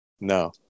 No